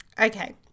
Okay